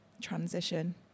transition